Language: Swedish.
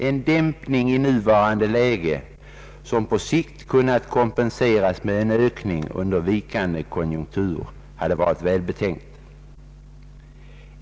En dämpning i nuvarande läge, vilken på sikt kunnat kompenseras med en ökning under vikande konjunkturer, hade varit välbetänkt.